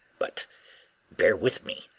but bear with me.